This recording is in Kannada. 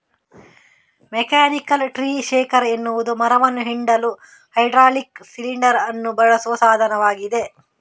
ಮೆಕ್ಯಾನಿಕಲ್ ಟ್ರೀ ಶೇಕರ್ ಎನ್ನುವುದು ಮರವನ್ನ ಹಿಂಡಲು ಹೈಡ್ರಾಲಿಕ್ ಸಿಲಿಂಡರ್ ಅನ್ನು ಬಳಸುವ ಸಾಧನವಾಗಿದೆ